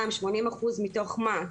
גם 80% מתוך מה?